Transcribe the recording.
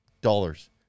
dollars